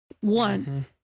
One